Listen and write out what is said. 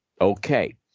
Okay